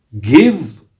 give